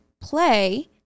play